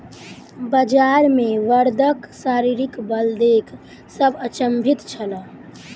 बजार मे बड़दक शारीरिक बल देख सभ अचंभित छल